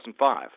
2005